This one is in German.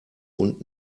und